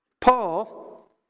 Paul